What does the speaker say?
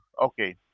okay